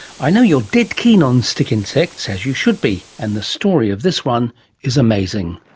i know you're dead keen on stick insects, as you should be, and the story of this one is amazing.